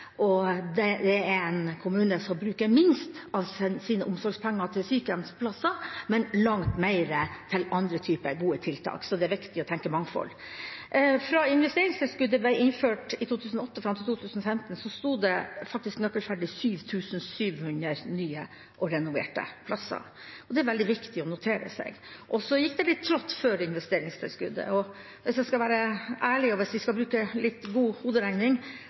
Det er en kommune som bruker minst av sine omsorgspenger til sykehjemsplasser, men langt mer til andre typer gode tiltak. Så det er viktig å tenke mangfold. Fra investeringstilskuddet ble innført i 2008 og fram til 2015 sto det faktisk nøkkelferdig 7 700 nye og renoverte plasser. Det er det veldig viktig å notere seg. Så gikk det litt trått for investeringstilskuddet. Hvis jeg skal være ærlig, og hvis vi skal bruke litt god hoderegning,